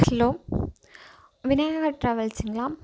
hello Vinayaka டிராவல்ஸ்ங்களா